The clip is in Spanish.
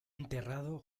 enterrado